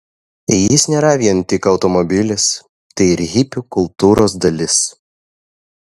jis nėra vien tik automobilis tai ir hipių kultūros dalis